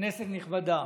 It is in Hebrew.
כנסת נכבדה,